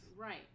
Right